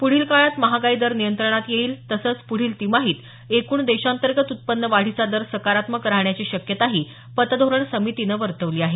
पुढील काळात महागाई दर नियंत्रणात येईल तसंच पुढील तिमाहित एकूण देशांतर्गत उत्पन्न वाढीचा दर सकारात्मक राहण्याची अशी शक्यताही पतधोरण समितीनं वर्तवली आहे